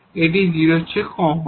এটি 0 এর চেয়ে কম হবে